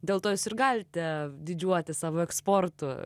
dėl to jūs ir galite didžiuotis savo eksportu